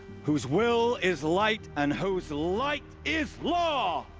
whose will is light. and whose light is law!